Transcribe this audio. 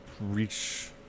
reach